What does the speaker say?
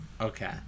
Okay